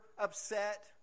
upset